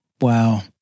Wow